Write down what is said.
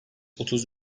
otuz